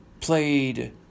Played